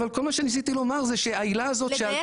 אבל כל מה שניסיתי לומר זה שהעילה הזאת שעלתה